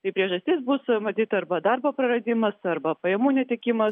tai priežastis bus matyt arba darbo praradimas arba pajamų netekimas